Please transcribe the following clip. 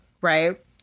right